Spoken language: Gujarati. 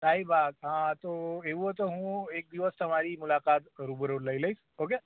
શાહીબાગ હં તો એવું હોય તો હું એક દિવસ તમારી મુલાકાત રૂબરૂ લઈ લઈશ ઓકે